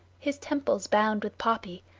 his temples bound with poppy,